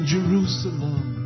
Jerusalem